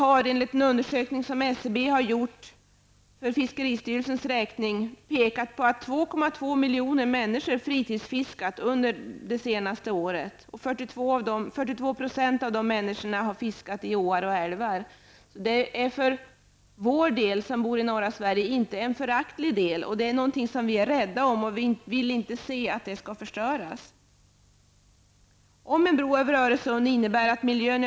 Av en undersökning SCB har gjort för fiskeristyrelsens räkning framgår att 2,2 miljoner människor fritidsfiskat under det senaste året. 42 % av dessa har fiskat i åar och älvar. För oss i norra Sverige är detta en icke föraktlig del av turism. Vi är rädda om den och vi vill inte se den förstöras.